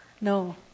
No